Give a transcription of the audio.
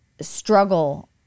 struggle